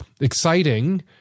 exciting